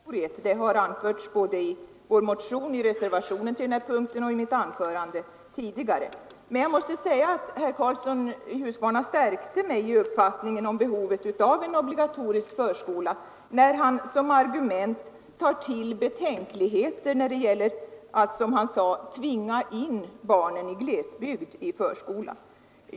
Herr talman! Jag ser ingen anledning att upprepa vad som är vpk:s syn på obligatoriet; det har anförts i vår motion, i reservationen till den här punkten och i mitt anförande tidigare. Men jag måste säga att herr Karlsson i Huskvarna stärkte mig i uppfattningen om behovet av en obligatorisk förskola när han som argument tog till betänkligheter när det gäller att, som han sade, tvinga in barnen i glesbygd i förskola.